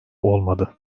olmadı